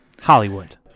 Hollywood